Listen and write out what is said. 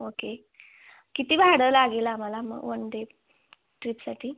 okay किती भाडं लागेल आम्हाला मग वन डे ट्रीपसाठी